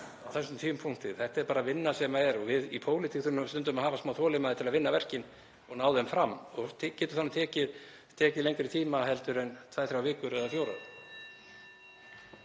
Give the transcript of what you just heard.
á þessum tímapunkti. Þetta er bara vinna sem er og við í pólitík þurfum stundum að hafa smá þolinmæði til að vinna verkin og ná þeim fram. Og það getur þá tekið lengri tíma en tvær, þrjár vikur eða